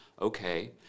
okay